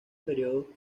período